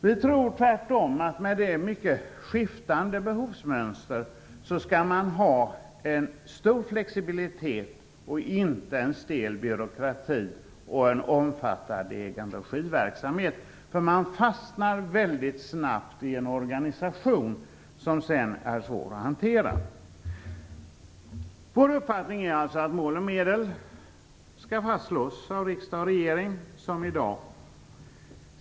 Vi tror tvärtom att man, med det mycket skiftande behovsmönstret, skall ha en stor flexibilitet och inte en stel byråkrati och en omfattande egenregiverksamhet. Man fastnar snabbt i en organisation som sedan är svår att hantera. Vår uppfattning är alltså att mål och medel skall fastslås av riksdag och regering, som i dag.